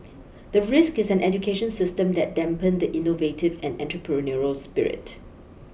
the risk is an education system that dampen the innovative and entrepreneurial spirit